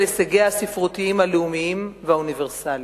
הישגיה הספרותיים הלאומיים והאוניברסליים.